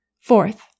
Fourth